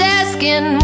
asking